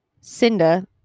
Cinda